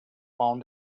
found